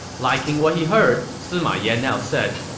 liking what he heard, sima yan now said,